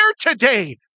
today